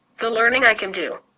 the learning i can do.